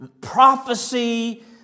prophecy